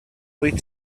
wyt